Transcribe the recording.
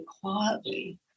quietly